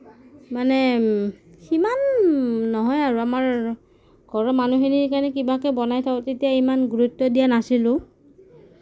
মানে সিমান নহয় আৰু আমাৰ ঘৰৰ মানুহখিনিৰ কাৰণে কিবাকে বনাই থওঁ তেতিয়া ইমান গুৰুত্ব দিয়া নাছিলোঁ